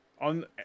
on